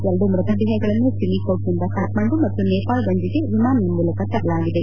ಎರಡು ಮೃತದೇಹಗಳನ್ನು ಸಿಮಿಕೋಟ್ನಿಂದ ಕಕ್ಕಂಡು ಮತ್ತು ನೇಪಾಳಗಂಜ್ಗೆ ವಿಮಾನದ ಮೂಲಕ ತರಲಾಗಿದೆ